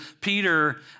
Peter